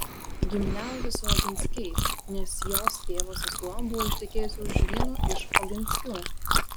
giminiavosi su oginskiais nes jos tėvo sesuo buvo ištekėjusi už vieno iš oginskių